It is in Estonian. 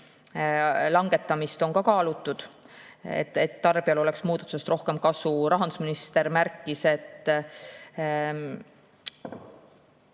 langetamist on kaalutud, et tarbijal oleks muudatusest rohkem kasu? Rahandusminister märkis, et